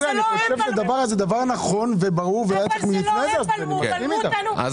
וזה לא הם בלמו אותנו.